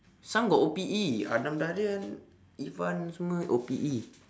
some got O P_E adam darian evan semua O P_E